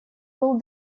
был